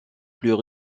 plus